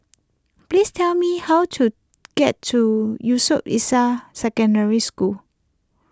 please tell me how to get to Yusof Ishak Secondary School